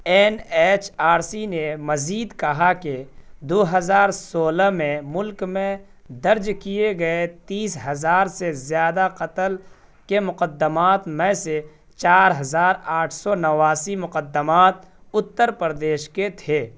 N H R C نے مزید کہا کہ دو ہزار سولہ میں ملک میں درج کیے گئے تیس ہزار سے زیادہ قتل کے مقدمات میں سے چار ہزار آٹھ سو نواسی مقدمات اتّر پردیش کے تھے